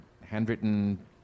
handwritten